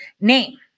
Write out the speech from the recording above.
name